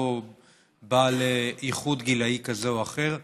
לא בעל ייחוד גילאי כזה או אחר,